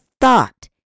thought